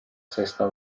sesta